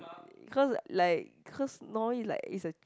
cause like cause Norway is like it's a